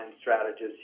strategists